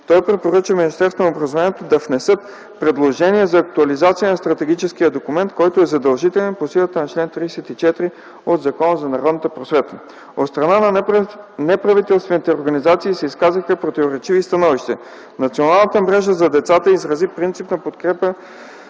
Той препоръча на Министерство на образованието да внесе предложения за актуализация на стратегическия документ, който е задължителен по силата на чл. 34 от Закона за народната просвета. От страна на неправителствените организации се изказаха противоречиви становища. „Националната мрежа за децата” изрази принципна подкрепа